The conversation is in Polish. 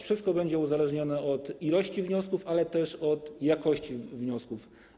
Wszystko będzie uzależnione od liczby wniosków, ale też od jakości wniosków.